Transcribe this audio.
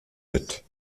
mit